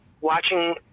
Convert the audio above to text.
watching